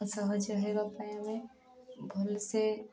ସହଜ ହେବା ପାଇଁ ଆମେ ଭଲ ସେ